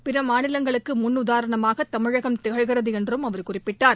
பிற மாநிலங்களுக்கு முன்னுதாரணமாக தமிழகம் திழக்கிறது என்றும் அவர் குறிப்பிட்டார்